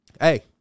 hey